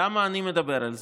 למה אני מדבר על זה?